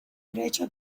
grecia